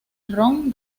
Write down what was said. ron